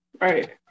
Right